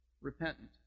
repentant